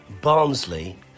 Barnsley